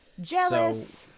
Jealous